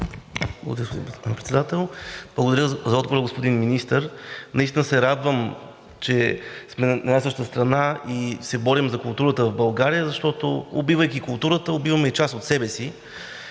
Благодаря, господин Председател. Благодаря за отговора, господин Министър. Наистина се радвам, че сме на една и съща страна и се борим за културата в България, защото, убивайки културата, убиваме и част от себе си.